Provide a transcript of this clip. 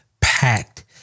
packed